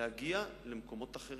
להגיע למקומות אחרים,